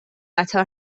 قطار